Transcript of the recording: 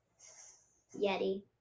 Yeti